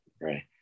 right